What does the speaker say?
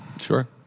Sure